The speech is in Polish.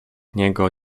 niego